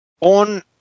on